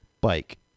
Bike